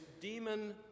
demon